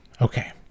okay